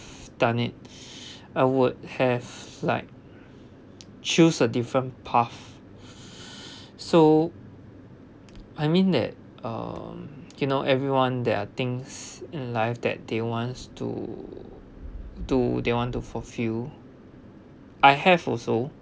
stun it I would have like choose a different path so I mean that uh you know everyone there are things in life that they wants to do they want to fulfil I have also